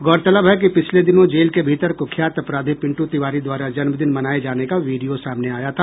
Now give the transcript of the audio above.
गौरतलब है कि पिछले दिनों जेल के भीतर कुख्यात अपराधी पिंट् तिवारी द्वारा जन्म दिन मनाये जाने का वीडियो सामने आया था